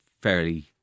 fairly